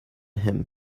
him